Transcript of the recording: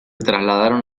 trasladaron